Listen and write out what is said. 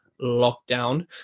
lockdown